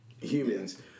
humans